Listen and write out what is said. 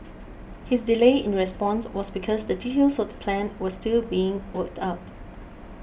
his delay in response was because the details of the plan were still being worked out